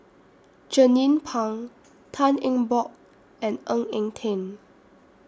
Jernnine Pang Tan Eng Bock and Ng Eng Teng